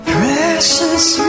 Precious